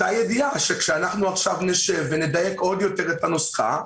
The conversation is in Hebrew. באותה ידיעה שכאשר אנחנו עכשיו נשב ונדייק עוד יותר את הנוסחה,